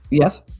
Yes